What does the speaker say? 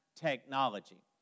technology